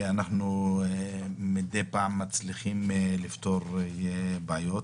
מידי פעם אנחנו מצליחים לפתור בעיות.